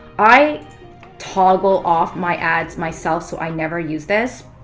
i toggle off my ads myself so i never use this.